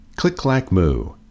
Click-Clack-Moo